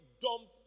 dump